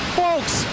folks